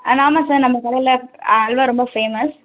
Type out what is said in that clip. ஆமாம் ஆமாம் சார் நம்ம கடையில் அல்வா ரொம்ப ஃபேமஸ்